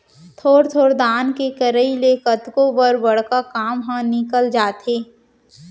थोर थोर दान के करई ले कतको बर बड़का काम ह निकल जाथे